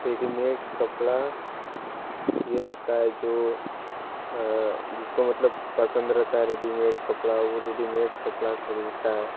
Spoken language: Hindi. रेडीमेड कपड़ा यह होता है जो जिसको मतलब पसंद रहता है रेडीमेड कपड़ा वह रेडीमेड कपड़ा खरीदता है